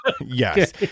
Yes